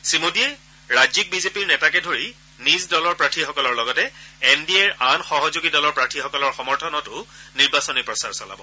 শ্ৰীমোদীয়ে ৰাজ্যিক বিজেপিৰ নেতাকে ধৰি নিজ দলৰ প্ৰাৰ্থীসকলৰ লগতে এন ডি এৰ আন সহযোগী দলৰ প্ৰাৰ্থীসকলৰ সমৰ্থনতো নিৰ্বাচনী প্ৰচাৰ চলাব